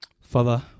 Father